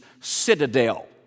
citadel